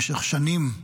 במשך שנים,